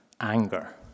anger